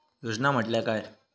योजना म्हटल्या काय?